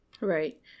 Right